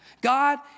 God